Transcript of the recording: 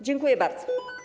Dziękuję bardzo.